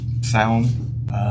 sound